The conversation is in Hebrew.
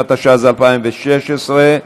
ההגנה והשמירה על האם הנושאת), התשע"ו 2016,